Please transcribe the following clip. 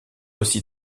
aussi